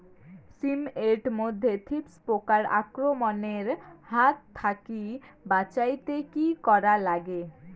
শিম এট মধ্যে থ্রিপ্স পোকার আক্রমণের হাত থাকি বাঁচাইতে কি করা লাগে?